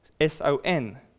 S-O-N